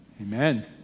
Amen